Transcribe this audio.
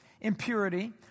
impurity